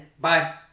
bye